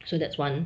so that's one